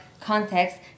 context